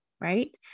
Right